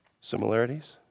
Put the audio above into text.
Similarities